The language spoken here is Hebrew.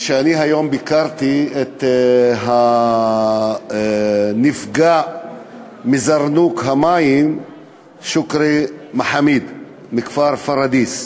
שאני ביקרתי היום את הנפגע מזרנוק המים שוכרי מחאמיד מכפר פוריידיס.